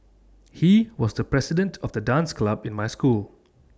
he was the president of the dance club in my school